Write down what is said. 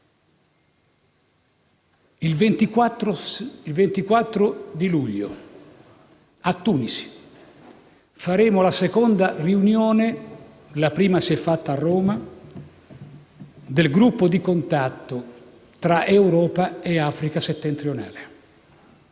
Il 24 luglio a Tunisi faremo la seconda riunione - la prima si è fatta a Roma - del gruppo di contatto tra Europa e Africa settentrionale.